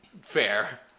fair